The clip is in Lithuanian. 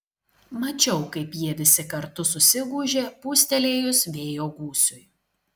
mačiau kaip jie visi kartu susigūžė pūstelėjus vėjo gūsiui